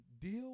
deal